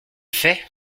fait